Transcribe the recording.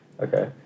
Okay